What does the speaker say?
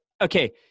okay